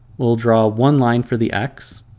will draw one line for the x,